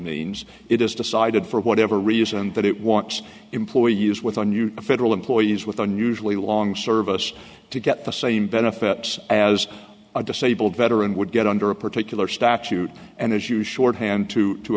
means it has decided for whatever reason that it wants employee use with a new federal employees with unusually long service to get the same benefits as a disabled veteran would get under a particular statute and as you shorthand to to